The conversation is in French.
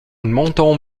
montant